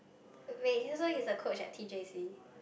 wait so he's a coach at T_J_C